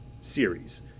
series